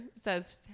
says